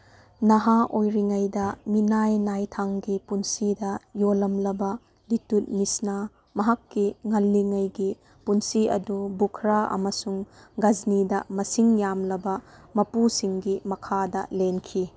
ꯅꯍꯥ ꯑꯣꯏꯔꯤꯉꯩꯗ ꯃꯤꯅꯥꯏ ꯅꯥꯏꯊꯥꯡꯒꯤ ꯄꯨꯟꯁꯤꯗ ꯌꯣꯜꯂꯝꯂꯕ ꯂꯤꯠꯇꯨꯠꯅꯤꯁꯅꯥ ꯃꯍꯥꯛꯀꯤ ꯉꯜꯂꯤꯉꯩꯒꯤ ꯄꯨꯟꯁꯤ ꯑꯗꯨ ꯕꯨꯈ꯭ꯔꯥ ꯑꯃꯁꯨꯡ ꯒꯁꯅꯤꯗ ꯃꯁꯤꯡ ꯌꯥꯝꯂꯕ ꯃꯄꯨꯁꯤꯡꯒꯤ ꯃꯈꯥꯗ ꯂꯦꯟꯈꯤ